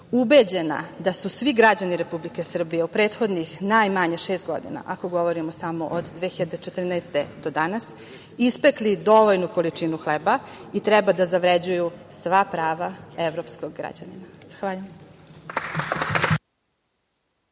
ubeđena da su svi građani Republike Srbije u prethodnih, najmanje šest godina, ako govorimo samo od 2014. godine do danas, ispekli dovoljnu količinu hleba i treba da zavređuju sva prava evropskog građanina. Zahvaljujem.